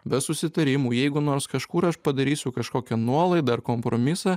be susitarimų jeigu nors kažkur aš padarysiu kažkokią nuolaidą ar kompromisą